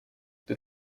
the